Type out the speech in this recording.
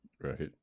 right